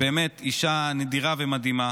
באמת אישה נדירה ומדהימה,